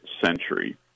century